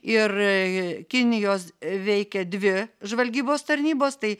ir kinijos veikia dvi žvalgybos tarnybos tai